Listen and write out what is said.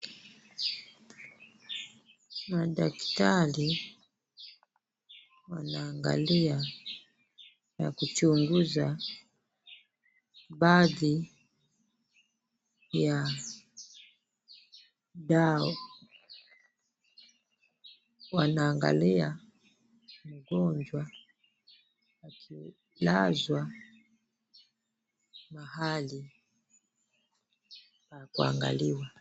Madaktari wanaangalia na kuchunguza baadhi ya dawa Wanaangalia mgonjwa akilazwa mahali pa kuangaliwa.